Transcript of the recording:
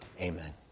Amen